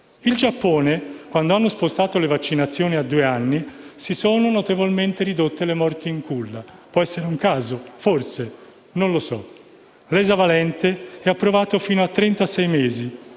In Giappone quando hanno spostato le vaccinazioni a due anni si sono ridotte notevolmente le morti in culla. Può essere un caso, forse, non lo so. L'esavalente è approvato fino a trentasei